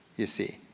you see.